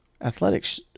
athletics